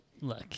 look